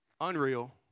unreal